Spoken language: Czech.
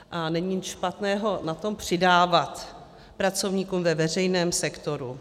A není nic špatného na tom přidávat pracovníkům ve veřejném sektoru.